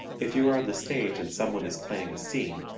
if you are on the stage and someone is playing a scene,